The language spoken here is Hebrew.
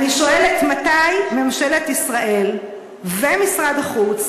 אני שואלת: מתי ממשלת ישראל ומשרד החוץ